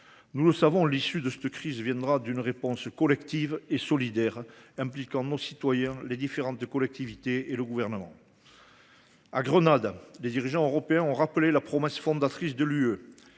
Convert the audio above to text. Nous le savons, l’issue de cette crise viendra d’une réponse collective et solidaire impliquant les citoyens, les différentes collectivités territoriales et les gouvernements. À Grenade, les dirigeants européens ont rappelé la promesse fondatrice de l’Union